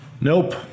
Nope